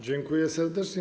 Dziękuję serdecznie.